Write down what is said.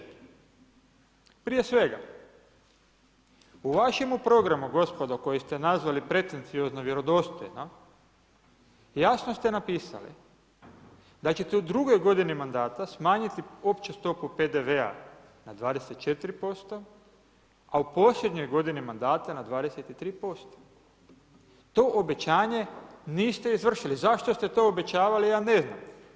Prije svega, u vašemu programu gospodo koji ste nazvali pretenciozno vjerodostojno, jasno ste napisali da ćete u drugoj godini mandata smanjiti opću stopu PDV-a na 24%, a u posljednjoj godini mandata na 23%. to obećanje niste izvršili, zašto ste to obećavali, ja ne znam.